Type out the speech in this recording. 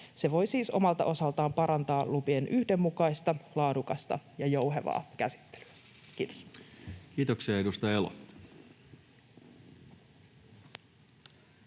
Se voi siis omalta osaltaan parantaa lupien yhdenmukaista, laadukasta ja jouhevaa käsittelyä. — Kiitos. Kiitoksia. — Edustaja Elo.